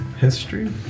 history